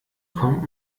kommt